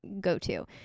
go-to